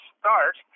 start